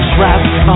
Trapped